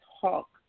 talk